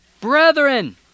brethren